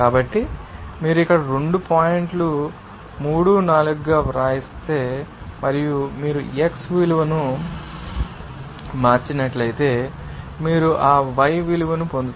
కాబట్టి మీరు ఇక్కడ 2 పాయింట్లు 3 4 గా వ్రాస్తే మరియు మీరు x విలువను మార్చినట్లయితే మీరు ఆ y విలువను పొందుతారు